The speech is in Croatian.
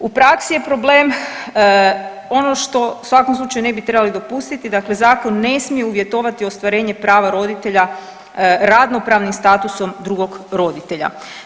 U praksi je problem ono što u svakom slučaju ne bi trebali dopustiti, dakle zakon ne smije uvjetovati ostvarenje prava roditelja radnopravnim statusom drugog roditelja.